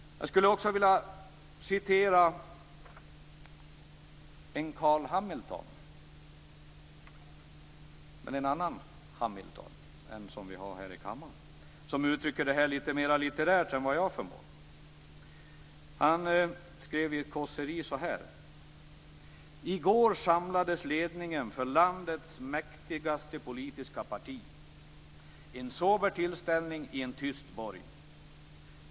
Jag skulle också vilja citera Carl Hamilton - en annan Hamilton än den vi har här i kammaren - som uttrycker sig litet mer litterärt än vad jag förmår. Han skrev i ett kåseri så här: "I går samlades ledningen för landets mäktigaste politiska parti. En sober tillställning i en tyst borg.